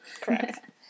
Correct